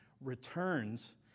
returns